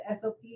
SOP